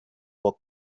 pot